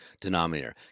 denominator